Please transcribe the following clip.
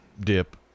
dip